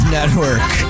Network